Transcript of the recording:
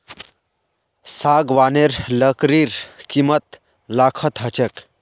सागवानेर लकड़ीर कीमत लाखत ह छेक